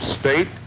state